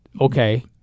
okay